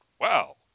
wow